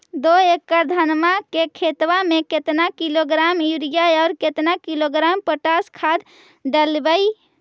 दो एकड़ धनमा के खेतबा में केतना किलोग्राम युरिया और केतना किलोग्राम पोटास खाद डलबई?